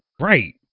Right